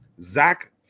Zach